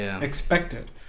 expected